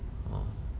ah